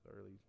early